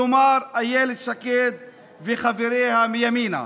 כלומר אילת שקד וחבריה מימינה,